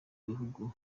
bihugu